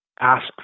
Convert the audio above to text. ask